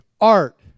art